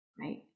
right